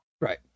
Right